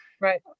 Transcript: Right